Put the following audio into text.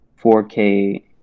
4K